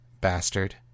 Bastard